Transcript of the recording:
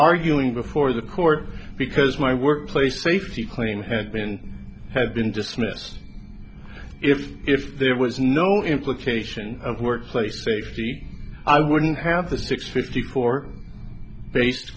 arguing before the court because my workplace safety claim had been had been dismissed if if there was no implication of workplace safety i wouldn't have a six fifty four base